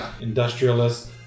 industrialist